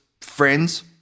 friends